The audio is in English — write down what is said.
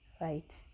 right